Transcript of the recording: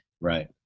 right